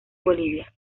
bolivia